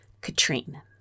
Katrine